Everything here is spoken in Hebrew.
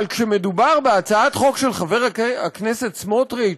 אבל כשמדובר בהצעת חוק של חבר הכנסת סמוטריץ,